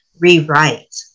rewrite